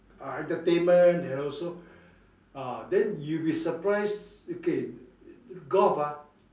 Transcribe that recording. ah entertainment and also ah then you'll be surprised okay golf ah